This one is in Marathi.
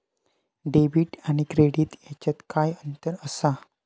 डेबिट आणि क्रेडिट ह्याच्यात काय अंतर असा?